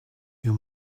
you